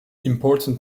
important